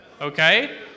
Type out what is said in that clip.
Okay